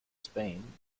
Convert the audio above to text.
spain